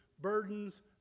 burdens